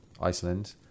Iceland